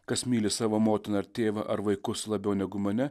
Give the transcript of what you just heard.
kas myli savo motiną ar tėvą ar vaikus labiau negu mane